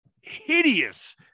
hideous